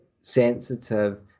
sensitive